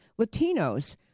Latinos